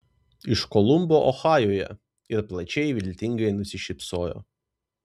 iš kolumbo ohajuje ir plačiai viltingai nusišypsojo